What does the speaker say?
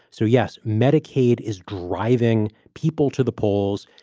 so, yes, medicaid is driving people to the polls.